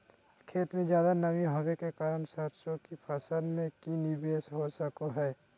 खेत में ज्यादा नमी होबे के कारण सरसों की फसल में की निवेस हो सको हय?